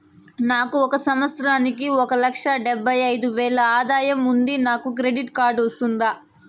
నాకు ఒక సంవత్సరానికి ఒక లక్ష డెబ్బై అయిదు వేలు ఆదాయం ఉంది నాకు క్రెడిట్ కార్డు వస్తుందా?